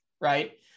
right